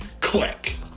click